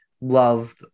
love